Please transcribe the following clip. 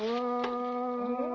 oh